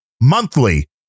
monthly